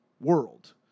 world